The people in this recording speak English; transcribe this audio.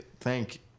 Thank